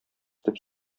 итеп